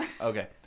Okay